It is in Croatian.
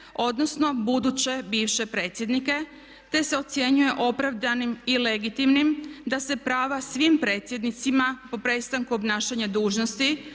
odnosno buduće bivše predsjednike, te se ocjenjuje opravdanim i legitimnim da se prava svim predsjednicima po prestanku obnašanja dužnosti